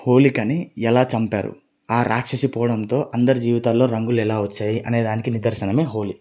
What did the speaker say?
హోళికని ఎలా చంపారు ఆ రాక్షసి పోవడంతో అందరి జీవితాల్లో రంగులు ఎలా వచ్చాయి అనేదానికి నిదర్శనమే హోలీ